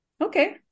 Okay